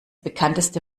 bekannteste